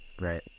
Right